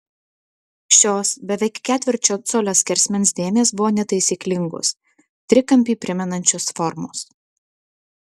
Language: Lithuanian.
šios beveik ketvirčio colio skersmens dėmės buvo netaisyklingos trikampį primenančios formos